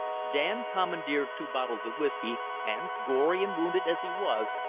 dan commandeered two bottles of whisky, and, gory and wounded as he was,